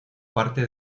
parte